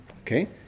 okay